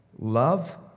love